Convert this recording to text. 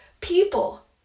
people